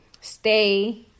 stay